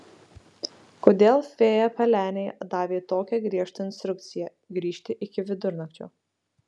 kodėl fėja pelenei davė tokią griežtą instrukciją grįžti iki vidurnakčio